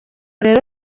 rero